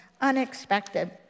unexpected